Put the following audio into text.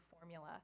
formula